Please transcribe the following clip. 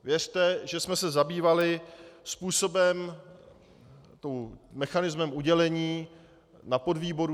Věřte, že jsme se zabývali způsobem, mechanismem udělení na podvýboru.